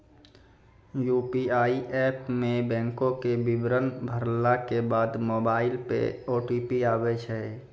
UPI app मे बैंको के विबरण भरला के बाद मोबाइल पे ओ.टी.पी आबै छै